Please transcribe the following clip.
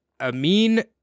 Amin